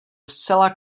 zcela